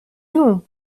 non